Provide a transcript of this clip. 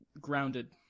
grounded